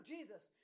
Jesus